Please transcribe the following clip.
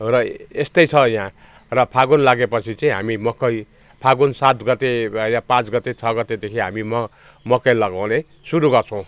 र यस्तै छ यहाँ र फागुन लागे पछि चाहिँ हामी मकै फागुन सात गते यहाँ यहाँ पाँच गते छ गतेदेखि हामी म मकै लगाउने सुरु गर्छौँ